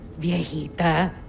Viejita